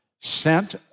sent